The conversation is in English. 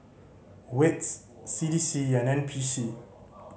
wits C D C and N P C